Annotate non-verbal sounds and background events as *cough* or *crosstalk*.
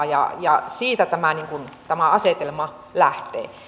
*unintelligible* ja ja siitä tämä asetelma lähtee